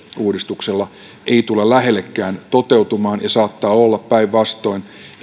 uudistuksella ei tule lähellekään toteutumaan ja saattaa olla päinvastoin